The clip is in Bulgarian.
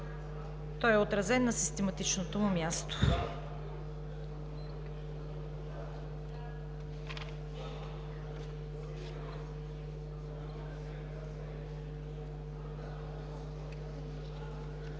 като е отразен на систематичното му място